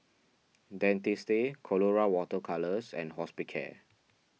Dentiste Colora Water Colours and Hospicare